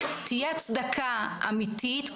תהיה הצדקה אמיתית,